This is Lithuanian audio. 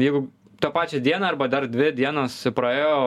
jeigu tą pačią dieną arba dar dvi dienos praėjo